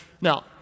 Now